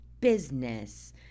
business